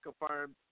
confirmed